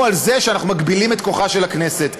על זה שאנחנו מגבילים את כוחה של הכנסת.